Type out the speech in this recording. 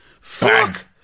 Fuck